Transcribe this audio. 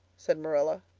said marilla.